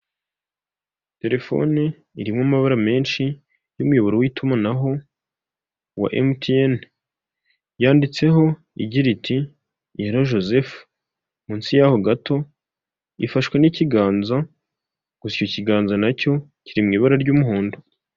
Telefone irimo amabara menshi y'umuyoboro w'itumanaho wa emutiyeni. Yanditseho igira iti yelo Joseph. Munsi yaho gato ifashwe n'ikiganza, gusa icyo kiganza na cyo kiri mu ibara ry'umuhondo.